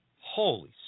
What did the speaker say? Holy